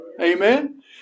amen